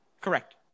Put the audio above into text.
Correct